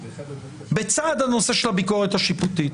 בצד הנושא של הביקורת השיפוטית.